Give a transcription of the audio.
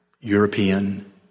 European